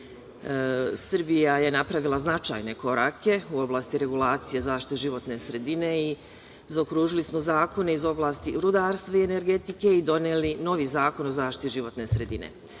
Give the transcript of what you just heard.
Srbija je napravila značajne korake u oblasti regulacije zaštite životne sredine i zaokružili smo zakone iz oblasti rudarstva i energetike i doneli novi Zakon o zaštiti životne sredine. Kada